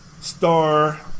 star